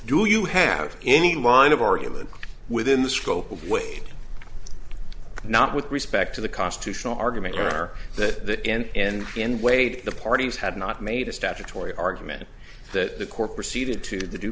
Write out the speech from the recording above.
do you have any line of argument within the scope of wade not with respect to the constitutional argument or that end in wade the parties had not made a statutory argument that the core proceeded to the